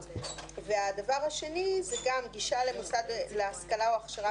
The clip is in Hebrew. הדבר השני גישה למוסד להשכלה או הכשרה